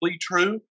true